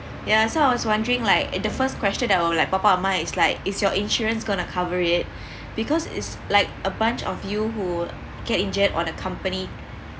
ya so I was wondering like the first question I would like pop out of my mind is like is your insurance going to cover it because it's like a bunch of you who get injured on a company